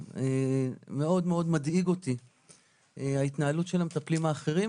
מאוד מאוד מדאיג אותי ההתנהלות של המטפלים האחרים,